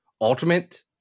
ultimate